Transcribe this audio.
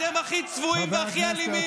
אתם הכי צבועים והכי אלימים.